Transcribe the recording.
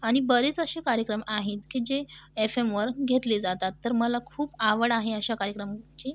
आणि बरेच असे कार्यक्रम आहेत की जे एफ एमवर घेतले जातात तर मला खूप आवड आहे अशा कार्यक्रमाची